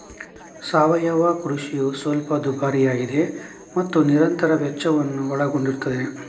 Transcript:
ಸಾವಯವ ಕೃಷಿಯು ಸ್ವಲ್ಪ ದುಬಾರಿಯಾಗಿದೆ ಮತ್ತು ನಿರಂತರ ವೆಚ್ಚವನ್ನು ಒಳಗೊಂಡಿರುತ್ತದೆ